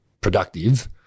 productive